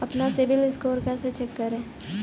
अपना सिबिल स्कोर कैसे चेक करें?